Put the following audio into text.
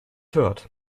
hört